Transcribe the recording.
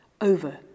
over